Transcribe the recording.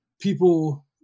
people